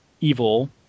evil